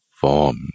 form